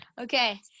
Okay